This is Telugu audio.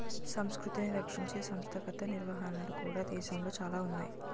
సంస్కృతిని రక్షించే సంస్థాగత నిర్వహణలు కూడా దేశంలో చాలా ఉన్నాయి